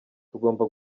tugomba